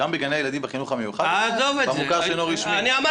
גם בגני הילדים בחינוך המיוחד של המוכר שאינו רשמי?